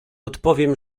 odpowiem